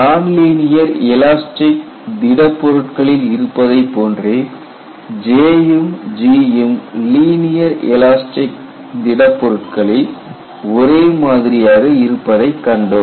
nonlinear elastic திடப் பொருட்களில் இருப்பதைப் போன்றே J ம் G ம் லினியர் எலாஸ்டிக் திடப் பொருட்களில் ஒரே மாதிரி இருப்பதைக் கண்டோம்